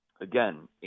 again